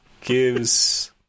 gives